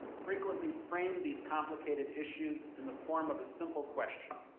frequently frame these collocated issues in the form of a simple question.